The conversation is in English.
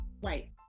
white